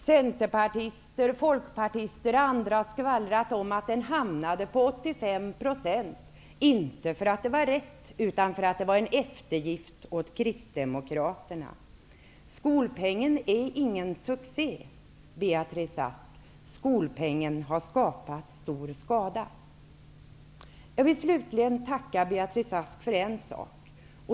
Centerpartister, folkpartister har skvallrat om att den hamnade på 85 %, inte för att det var rätt, utan för att det var en eftergift åt Kristdemokraterna. Skolpengen är ingen succé, Beatrice Ask. Skolpengen har skapat stor skada. Jag vill slutligen tacka Beatrice Ask för en sak.